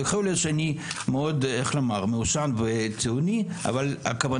יכול להיות שאני מאוד ציוני אבל כוונתי